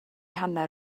hanner